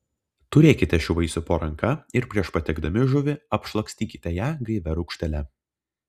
turėkite šių vaisių po ranka ir prieš patiekdami žuvį apšlakstykite ją gaivia rūgštele